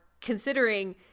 considering